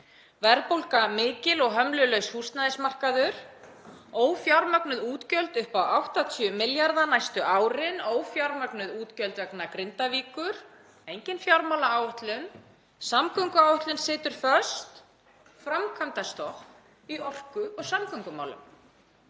verðbólga mikil og hömlulaus húsnæðismarkaður, ófjármögnuð útgjöld upp á 80 milljarða næstu árin, ófjármögnuð útgjöld vegna Grindavíkur, engin fjármálaáætlun, samgönguáætlun situr föst, framkvæmdastopp í orku- og samgöngumálum.